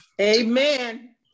Amen